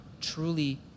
truly